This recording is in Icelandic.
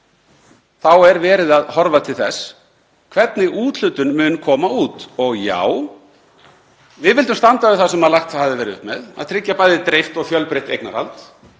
þá er verið að horfa til þess hvernig úthlutun mun koma út. Og já, við vildum standa við það sem lagt hafði verið upp með, að tryggja bæði dreift og fjölbreytt eignarhald.